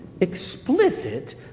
explicit